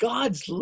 God's